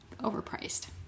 overpriced